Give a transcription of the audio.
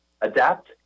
adapt